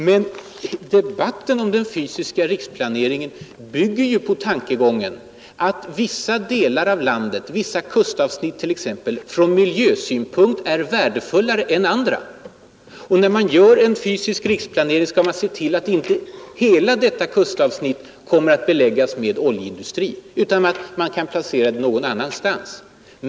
Men debatten om den fysiska riksplaneringen bygger 63 ju på tankegången att vissa delar av landet, vissa kustavsnitt t.ex., från miljösynpunkt är värdefullare än andra. Och när man gör en fysisk riksplanering skall man se till att inte hela detta kustavsnitt kommer att beläggas med oljeindustri utan att man kan placera den någon annanstans.